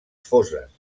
foses